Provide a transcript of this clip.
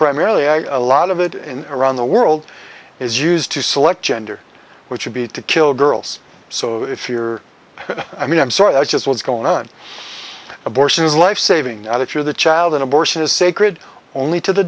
primarily a lot of it in around the world is used to select gender which would be to kill girls so if you're i mean i'm sorry that's just what's going on abortion is life saving now that you're the child an abortion is sacred or only to the